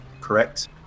correct